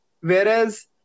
whereas